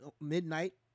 midnight